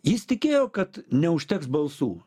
jis tikėjo kad neužteks balsų